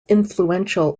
influential